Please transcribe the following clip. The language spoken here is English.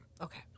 Okay